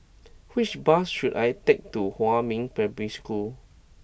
which bus should I take to Huamin Primary School